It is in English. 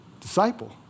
Disciple